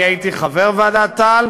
אני הייתי חבר ועדת טל.